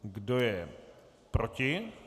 Kdo je proti?